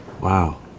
Wow